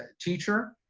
teacher.